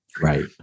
Right